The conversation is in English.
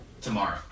tomorrow